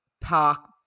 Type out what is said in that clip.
park